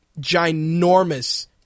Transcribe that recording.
ginormous